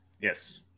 Yes